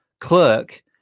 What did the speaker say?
clerk